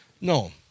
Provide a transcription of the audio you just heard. No